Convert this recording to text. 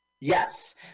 Yes